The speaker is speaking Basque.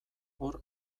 hor